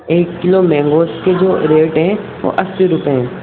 ایک kilo mangoes کے جو ریٹ ہیں وہ اسی روپے ہیں